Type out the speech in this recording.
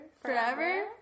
forever